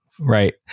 Right